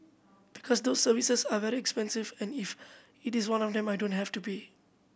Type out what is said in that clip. because those services are very expensive and if it is one of them I don't have to pay